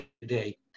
today